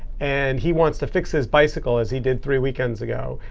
and he wants to fix his bicycle, as he did three weekends ago.